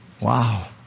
Wow